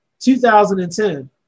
2010